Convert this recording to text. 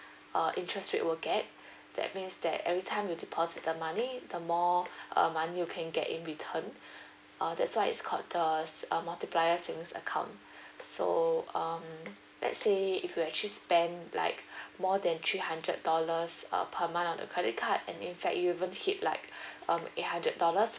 uh interest rate will get that means that every time you deposit the money the more uh money you can get in return uh that's why it's called the s~ uh multiplier savings account so um let's say if you actually spend like more than three hundred dollars uh per month on the credit card and in fact you even hit like um eight hundred dollars